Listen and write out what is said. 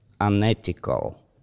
unethical